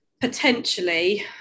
potentially